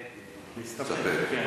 להסתפק.